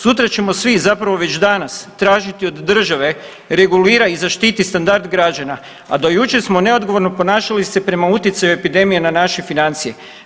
Sutra ćemo svi zapravo već danas tražiti od države regulira i zaštiti standard građana, a do jučer smo neodgovorno ponašali se prema utjecaju epidemije na naše financije.